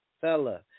fella